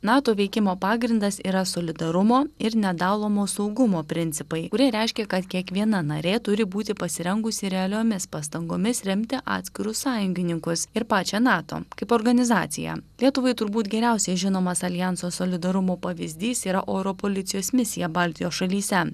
nato veikimo pagrindas yra solidarumo ir nedalomo saugumo principai kurie reiškia kad kiekviena narė turi būti pasirengusi realiomis pastangomis remti atskirus sąjungininkus ir pačią nato kaip organizaciją lietuvai turbūt geriausiai žinomas aljanso solidarumo pavyzdys yra oro policijos misija baltijos šalyse